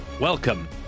Welcome